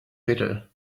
better